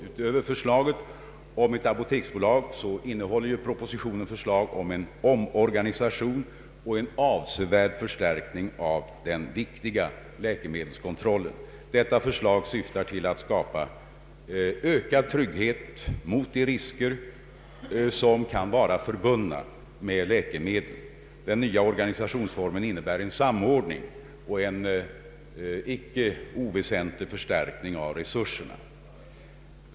Utöver förslaget om ett apoteksbolag innehåller propositionen förslag till en omorganisation och en avsevärd förstärkning av den viktiga läkemedelskontrollen. Detta förslag syftar till att skapa ökad trygghet mot de risker som kan vara förbundna med läkemedel. Den nya organisationsformen innebär en samordning och en icke oväsentlig förstärkning av resurserna.